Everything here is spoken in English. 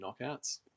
knockouts